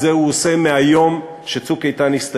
את זה הוא עושה מהיום ש"צוק איתן" הסתיים.